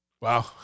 Wow